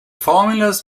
formulas